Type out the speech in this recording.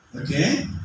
Okay